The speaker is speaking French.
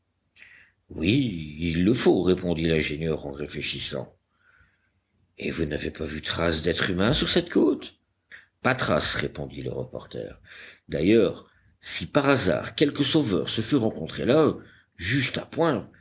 oui il le faut répondit l'ingénieur en réfléchissant et vous n'avez pas vu trace d'êtres humains sur cette côte pas trace répondit le reporter d'ailleurs si par hasard quelque sauveur se fût rencontré là juste à point